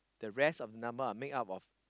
the rest of number are make up of